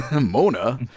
Mona